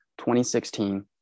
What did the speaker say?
2016